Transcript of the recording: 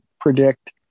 predict